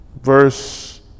Verse